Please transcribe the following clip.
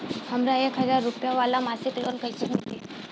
हमरा एक हज़ार रुपया वाला मासिक लोन कईसे मिली?